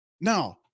Now